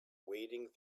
wading